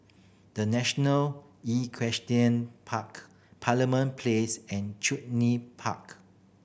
The National Equestrian Park Parliament Place and Chuny Park